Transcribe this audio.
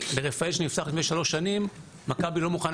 ברפאל שנפתח לפני שלוש שנים מכבי לא מוכנה